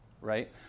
right